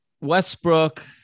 Westbrook